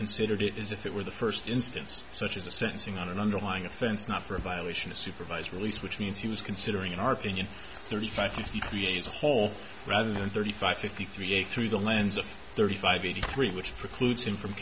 considered it is if it were the first instance such as a sentencing on an underlying offense not for a violation of supervised release which means he was considering in our opinion thirty five fifty three as a whole rather than thirty five fifty three a through the lens of thirty five eighty three which precludes him from